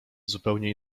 zupełnie